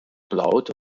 blount